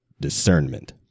discernment